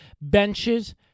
benches